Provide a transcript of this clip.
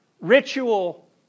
ritual